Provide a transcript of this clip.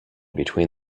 between